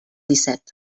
disset